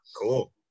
cool